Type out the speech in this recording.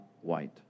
white